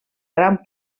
gran